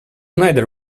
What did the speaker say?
neither